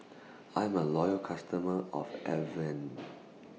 I'm A Loyal customer of Avene